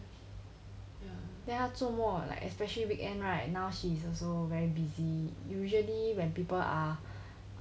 ya then 他周末 like especially weekend right now she's also very busy usually when people are like having